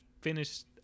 finished